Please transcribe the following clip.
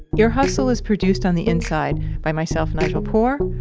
ear hustle is produced on the inside by myself, nigel poor,